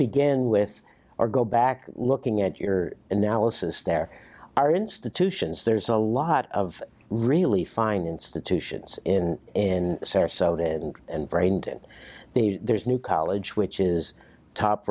begin with or go back looking at your analysis there are institutions there's a lot of really fine institutions in in sarasota and and brained and the there's new college which is top